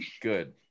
Good